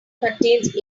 contains